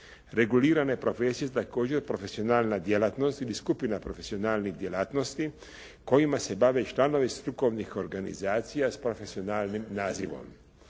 Regulirane profesije također profesionalna djelatnost ili skupina profesionalnih djelatnosti kojima se bave članovi strukovnih organizacija s profesionalnim nazivom.